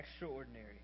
extraordinary